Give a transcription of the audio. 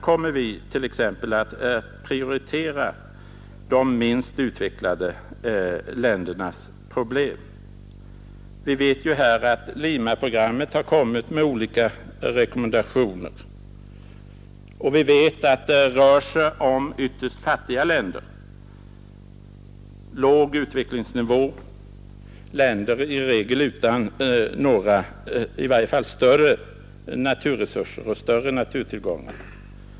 Kommer vi t.ex. att prioritera de minst utvecklade ländernas problem? Vi vet ju här att Limaprogrammet har kommit med olika rekommendationer. Vi vet att det rör sig om ytterst fattiga länder med låg utvecklingsnivå, länder utan några större naturtillgångar.